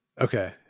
okay